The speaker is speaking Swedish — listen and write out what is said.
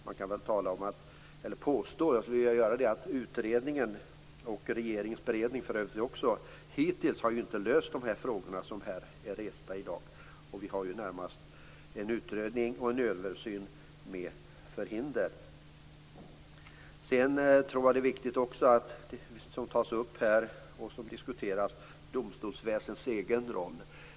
Jag skulle vilja påstå att utredningen och regeringens beredning hittills inte har löst de frågor som är resta i dag. Vi har närmast en utredning och en översyn med förhinder. Domstolsväsendets egen roll, som här tas upp och diskuteras, är viktig.